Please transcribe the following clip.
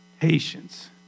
patience